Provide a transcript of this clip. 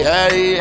Hey